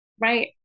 Right